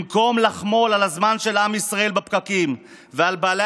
במקום לחמול על הזמן של עם ישראל בפקקים ועל בעלי